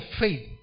faith